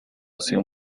sin